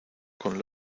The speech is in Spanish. con